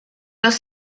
los